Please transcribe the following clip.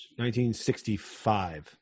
1965